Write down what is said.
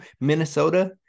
Minnesota